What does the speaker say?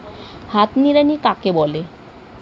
হাত নিড়ানি কাকে বলে?